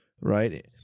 right